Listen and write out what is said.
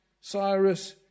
Cyrus